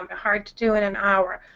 um hard to do in an hour.